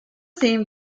theme